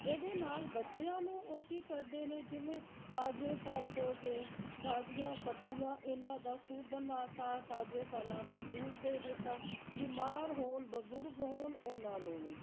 ਇਹਦੇ ਨਾਲ ਬੱਚਿਆਂ ਨੂੰ ਉਹ ਕੀ ਕਰਦੇ ਨੇ ਜਿਵੇਂ ਤਾਜ਼ੇ ਫਲ ਹੋ ਗਏ ਤਾਜ਼ੀਆਂ ਸਬਜ਼ੀਆਂ ਇਹਨਾਂ ਦਾ ਸੂਪ ਬਣਾ ਤਾ ਤਾਜ਼ੇ ਫਲਾਂ ਦਾ ਜੂਸ ਦੇ ਦਿੱਤਾ ਬਿਮਾਰ ਹੋਣ ਬਜ਼ੁਰਗ ਹੋਣ ਉਹਨਾਂ ਨੂੰ ਵੀ